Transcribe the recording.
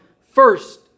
first